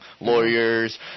lawyers